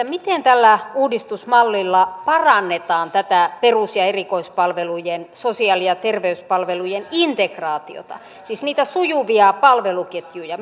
miten tällä uudistusmallilla parannetaan tätä perus ja erikoispalvelujen sosiaali ja terveyspalvelujen integraatiota siis niitä sujuvia palveluketjuja